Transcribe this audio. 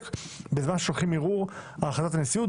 בזמן ששולחים ערעור על החלטות הנשיאות,